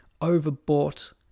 overbought